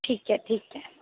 ठीक आहे ठीक आहे